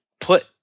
put